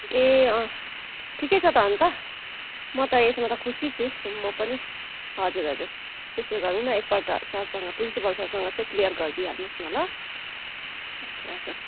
ए अँ ठिकै छ त अन्त म त यसबाट खुसी छु म पनि हजुर हजुर त्यसै गरौँ न एकपल्ट सरसँग प्रिन्सिपल सरसँग चाहिँ क्लियर गरिदिई हाल्नुहोस् न ल हजुर